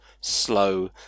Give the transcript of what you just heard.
slow